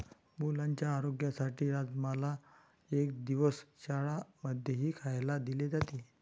मुलांच्या आरोग्यासाठी राजमाला एक दिवस शाळां मध्येही खायला दिले जाते